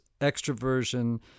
extroversion